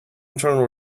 internal